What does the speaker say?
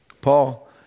Paul